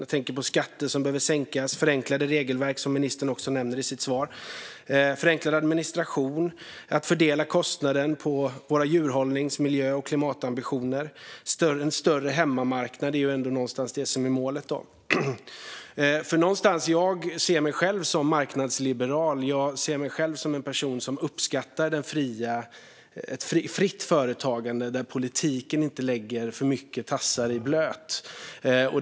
Jag tänker på skatter som behöver sänkas, förenklade regelverk, vilket ministern också nämner i sitt svar, och förenklad administration. Jag tänker att man behöver fördela kostnaden på våra djurhållnings och miljö och klimatambitioner. En större hemmamarknad är ändå målet. Jag ser mig själv som marknadsliberal och en person som uppskattar fritt företagande där politiken inte lägger tassarna i blöt för mycket.